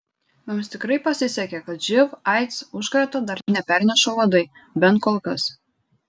mums tikrai pasisekė kad živ aids užkrato dar neperneša uodai bent kol kas